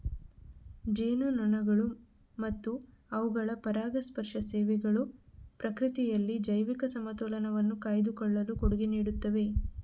ಜೇನುನೊಣಗಳು ಮತ್ತು ಅವುಗಳ ಪರಾಗಸ್ಪರ್ಶ ಸೇವೆಗಳು ಪ್ರಕೃತಿಯಲ್ಲಿ ಜೈವಿಕ ಸಮತೋಲನವನ್ನು ಕಾಯ್ದುಕೊಳ್ಳಲು ಕೊಡುಗೆ ನೀಡುತ್ತವೆ